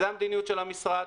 זו המדיניות של המשרד.